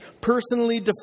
personally